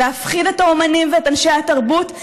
להפחיד את האומנים ואת אנשי התרבות.